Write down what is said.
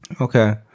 Okay